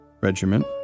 Regiment